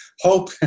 hope